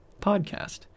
podcast